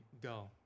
go